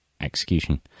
execution